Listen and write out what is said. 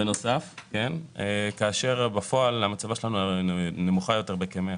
בפועל המצבת שלנו נמוכה בכ-100.